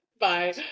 Bye